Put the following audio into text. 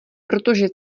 protože